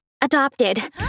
adopted